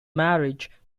marriage